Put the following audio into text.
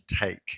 take